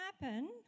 happen